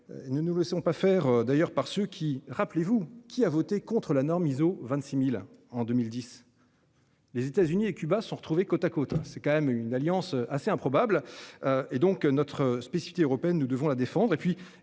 Ne nous laissons pas faire d'ailleurs par ce qui, rappelez-vous, qui a voté contre la norme ISO 26.000 en 2010. Les États-Unis et Cuba sont retrouvés côte à côte hein c'est quand même une alliance assez improbable. Et donc notre spécialité européenne, nous devons la défendre